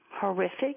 horrific